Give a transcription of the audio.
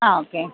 ആ ഓക്കെ